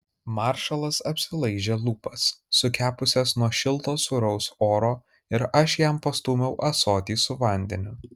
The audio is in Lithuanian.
maršalas apsilaižė lūpas sukepusias nuo šilto sūraus oro ir aš jam pastūmiau ąsotį su vandeniu